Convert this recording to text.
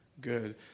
Good